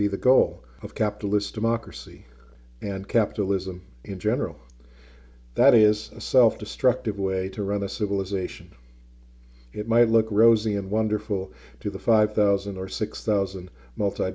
be the goal of capitalist democracy and capitalism in general that is a self destructive way to run a civilization it might look rosy and wonderful to the five thousand or six thousand multi